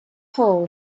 hole